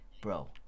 bro